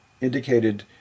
indicated